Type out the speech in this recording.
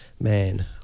Man